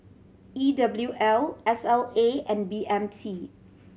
E W L S L A and B M T